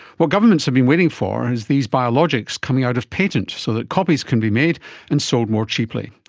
what governments have been waiting for is these biologics coming out of patent so that copies can be made and sold more cheaply.